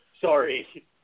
Sorry